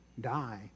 die